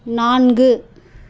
நான்கு